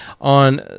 on